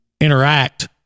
interact